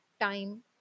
time